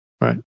Right